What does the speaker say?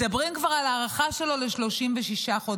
מדברים כבר על הארכה שלו ל-36 חודשים.